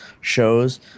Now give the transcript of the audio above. shows